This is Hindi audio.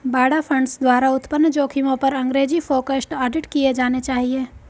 बाड़ा फंड्स द्वारा उत्पन्न जोखिमों पर अंग्रेजी फोकस्ड ऑडिट किए जाने चाहिए